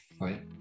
right